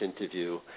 interview